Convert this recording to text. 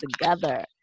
together